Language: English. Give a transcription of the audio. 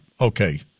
okay